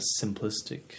simplistic